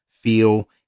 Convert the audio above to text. feel